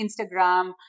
Instagram